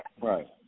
Right